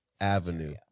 avenue